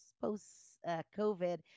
post-COVID